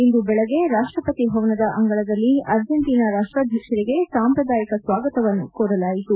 ಇಂದು ಬೆಳಿಗ್ಗೆ ರಾಷ್ಟಪತಿ ಭವನದ ಅಂಗಳದಲ್ಲಿ ಅರ್ಜೆಂಟೀನಾ ರಾಷ್ಟಾಧ್ವಕ್ಷರಿಗೆ ಸಾಂಪ್ರದಾಯಿಕ ಸ್ವಾಗತವನ್ನು ಕೋರಲಾಯಿತು